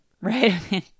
right